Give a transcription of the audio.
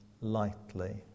lightly